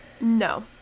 No